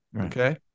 Okay